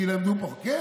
כי למדו פחות.